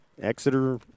Exeter